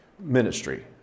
ministry